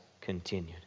continued